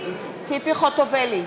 חוטובלי,